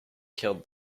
killed